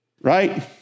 right